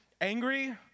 angry